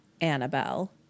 Annabelle